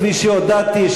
כפי שהודעתי,